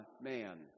man